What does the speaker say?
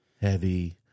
Heavy